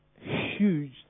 huge